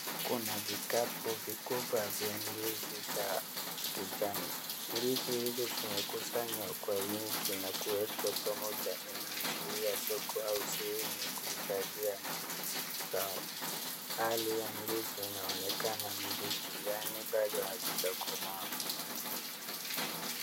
Kuna vikapu vikubwa vya ndizi za kijani, ndizi hizi zimekusanywa kwa wingi na kuwekwa pamoja inaashiria soko au sehemu ya kuhifadhia mazao, hali ya ndizi inaonekana mbichi yani bado hazijakomaa.